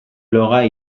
bloga